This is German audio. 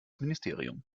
ministerium